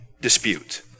dispute